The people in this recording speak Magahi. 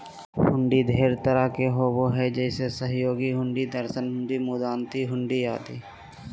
हुंडी ढेर तरह के होबो हय जैसे सहयोग हुंडी, दर्शन हुंडी, मुदात्ती हुंडी आदि